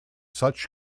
such